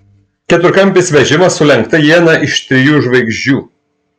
keturkampis vežimas su lenkta iena iš trijų žvaigždžių